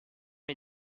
est